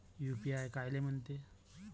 UPI कायले म्हनते?